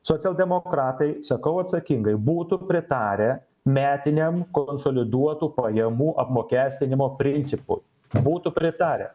socialdemokratai sakau atsakingai būtų pritarę metiniam konsoliduotų pajamų apmokestinimo principui būtų pritarę